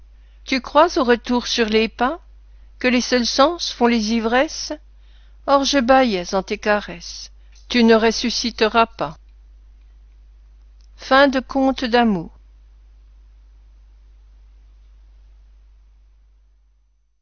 tu crois au retour sur les pas que les seuls sens font les ivresses or je bâillais en tes caresses tu ne ressusciteras pas